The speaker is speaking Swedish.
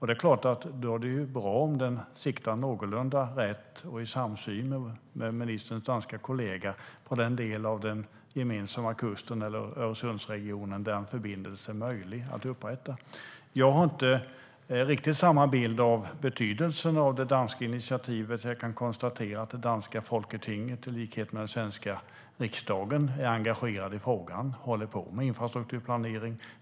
Då är det såklart bra om den siktar någorlunda rätt och är i samsyn med ministerns danska kollega på den del av den gemensamma kusten eller Öresundsregionen där en förbindelse är möjlig att upprätta. Jag har inte riktigt samma bild av betydelsen av det danska initiativet. Jag kan konstatera att det danska folketinget i likhet med den svenska riksdagen är engagerat i frågan och håller på med infrastrukturplanering.